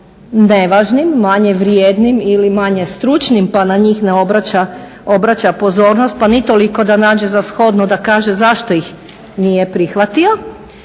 nevažnim, manje vrijednim ili manje stručnim pa na njih ne obraća pozornost pa ni toliko da nađe za shodno da kaže zašto ih nije prihvatio.